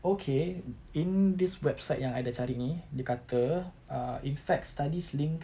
okay in this website yang I dah cari ini dia kata err in fact studies link